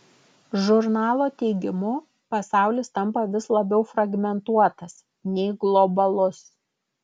žurnalo teigimu pasaulis tampa vis labiau fragmentuotas nei globalus